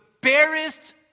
barest